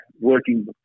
working